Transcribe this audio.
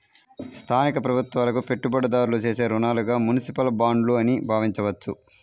స్థానిక ప్రభుత్వాలకు పెట్టుబడిదారులు చేసే రుణాలుగా మునిసిపల్ బాండ్లు అని భావించవచ్చు